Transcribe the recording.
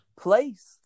place